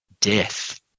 death